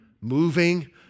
Moving